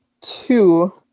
two